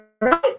right